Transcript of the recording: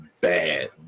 bad